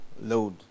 load